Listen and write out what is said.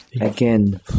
Again